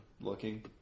Looking